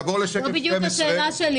תעבור לשקף 12,